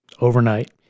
overnight